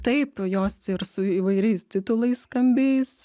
taip jos ir su įvairiais titulais skambiais